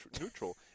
neutral